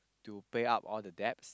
to pay up all the debts